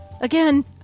Again